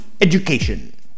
education